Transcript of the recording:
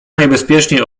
najbezpieczniej